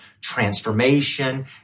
transformation